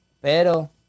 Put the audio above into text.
pero